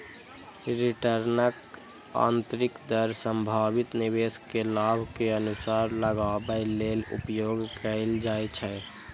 रिटर्नक आंतरिक दर संभावित निवेश के लाभ के अनुमान लगाबै लेल उपयोग कैल जाइ छै